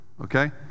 Okay